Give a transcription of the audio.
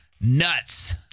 nuts